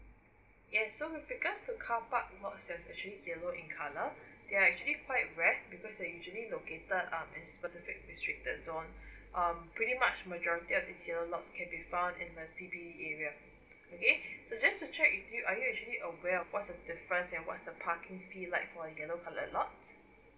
yes so with regards to car park lots that is actually yellow in colour they're actually quite rare because they usually located um at specific restricted zone um pretty much majority of this yellow lots can be found in the C_B_D areas okay just to check with you are you actually aware of what's the different and what's the parking fee like for a yellow colour lot